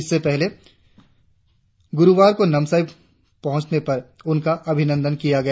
इससे पहले ग्रुवार को नामसाई पहुंचने पर उनका अभिनंदन किया गया